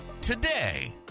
today